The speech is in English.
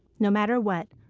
no matter what,